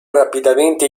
rapidamente